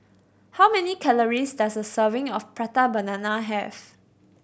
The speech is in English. how many calories does a serving of Prata Banana have